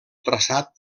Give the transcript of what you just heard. traçat